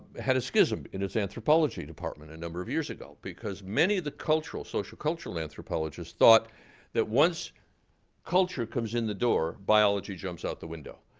had a schism in its anthropology department a number of years ago. ago. because many of the cultural social-cultural anthropologists thought that once culture comes in the door, biology jumps out the window.